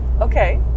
Okay